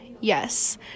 Yes